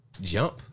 jump